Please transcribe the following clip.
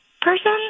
person